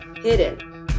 hidden